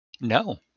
no